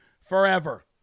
forever